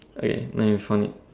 okay now we found it